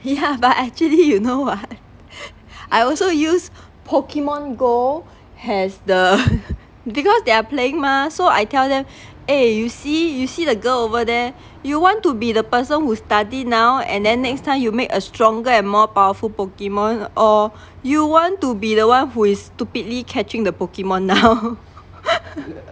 yeah but actually you know what I also use PokemonGO as the because they are playing mah so I tell them eh you see you see the girl over there you want to be the person who study now and then next time you make a stronger and more powerful pokemon or you want to be the one who is stupidly catching the pokemon now